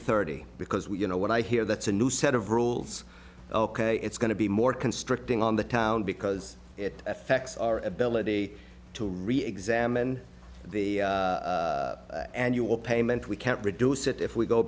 thirty because we you know what i hear that's a new set of rules ok it's going to be more constricting on the town because it affects our ability to reexamine the annual payment we can't reduce it if we go